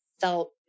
felt